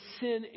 sin